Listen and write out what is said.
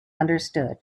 understood